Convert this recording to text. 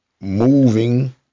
moving